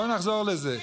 בואו נחזור לזה.